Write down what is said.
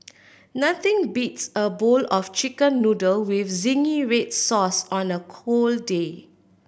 nothing beats a bowl of Chicken Noodle with zingy red sauce on a cold day